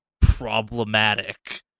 problematic